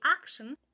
action